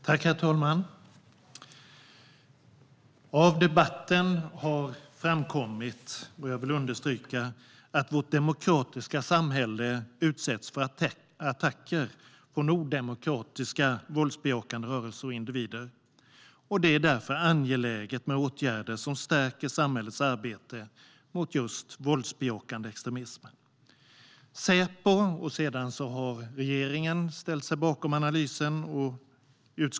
Herr talman! Av debatten har framkommit - och det vill jag understryka - att vårt demokratiska samhälle utsätts för attacker från odemokratiska våldsbejakande rörelser och individer. Det är därför angeläget med åtgärder som stärker samhällets arbete mot våldsbejakande extremism.